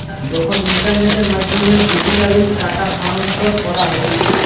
যখন ইন্টারনেটের মাধ্যমে ডিজিটালি টাকা স্থানান্তর করা হতিছে